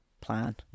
plan